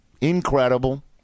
incredible